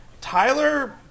Tyler